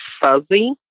fuzzy